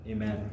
Amen